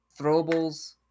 throwables